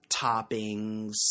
toppings